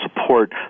support